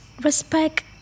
respect